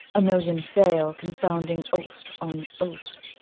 a million fail, confounding oath on oath.